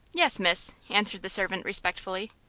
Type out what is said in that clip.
yes, miss, answered the servant, respectfully.